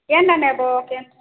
କେନେ ନେବ କେନ୍